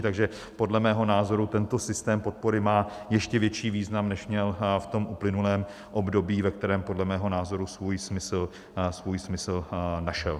Takže podle mého názoru tento systém podpory má ještě větší význam, než měl v uplynulém období, ve kterém podle mého názoru svůj smysl našel.